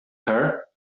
her